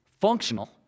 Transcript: functional